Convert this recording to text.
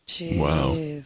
Wow